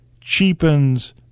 cheapens